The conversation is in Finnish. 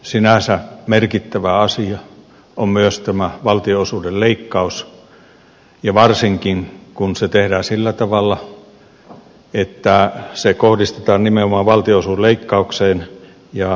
sinänsä merkittävä asia on myös tämä valtionosuuden leikkaus ja varsinkin kun se tehdään sillä tavalla että se kohdistetaan nimenomaan valtionosuusleikkaukseen